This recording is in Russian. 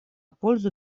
пользу